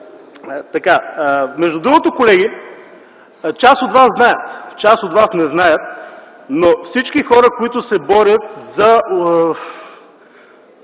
(Шум и смях.) Колеги, част от вас знаят, част от вас не знаят, но всички хора, които се борят за